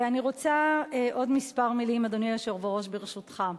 אני רוצה, עוד כמה מלים, אדוני היושב-ראש, ברשותך: